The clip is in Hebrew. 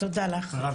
תודה לך.